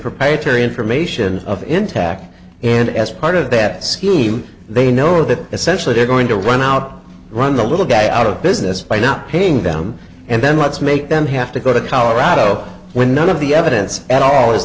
proprietary information of intact and as part of that scheme they know that essentially they're going to run out run the little guy out of business by not paying down and then let's make them have to go to colorado where none of the evidence at all is